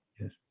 Yes